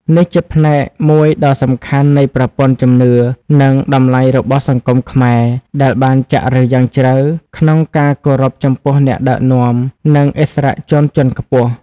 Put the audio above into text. នេះជាផ្នែកមួយដ៏សំខាន់នៃប្រព័ន្ធជំនឿ និងតម្លៃរបស់សង្គមខ្មែរ ដែលបានចាក់ឫសយ៉ាងជ្រៅក្នុងការគោរពចំពោះអ្នកដឹកនាំ និងឥស្សរជនជាន់ខ្ពស់។